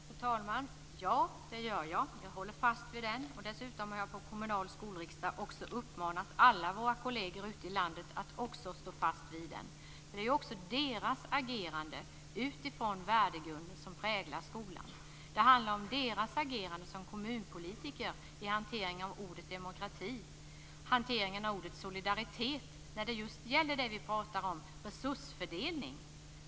Fru talman! Ja, jag håller fast vid den. Dessutom har jag på kommunal skolriksdag uppmanat alla våra kolleger ute i landet att stå fast vid den. Det är deras agerande utifrån denna värdegrund som präglar skolan. Det handlar om deras agerande som kommunpolitiker vid hanteringen av orden demokrati och solidaritet när det gäller det vi talar om, resursfördelning.